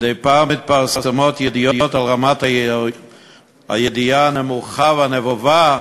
מדי פעם מתפרסמות ידיעות על רמת הידיעה הנמוכה והנבובה